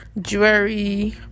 jewelry